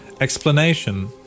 explanation